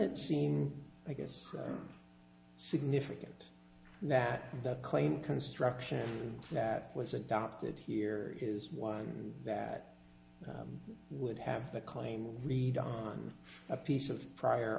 it seem i guess significant that the claim construction that was adopted here is one that would have the claim read on a piece of prior